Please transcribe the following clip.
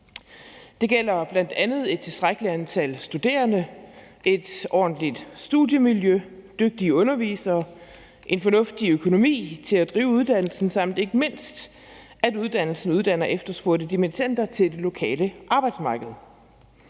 Det gælder bl.a. et tilstrækkeligt antal studerende, et ordentligt studiemiljø, dygtige undervisere, en fornuftig økonomi til at drive uddannelsen, samt ikke mindst at uddannelsen uddanner efterspurgte dimittender til det lokale arbejdsmarked.